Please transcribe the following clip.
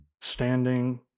standing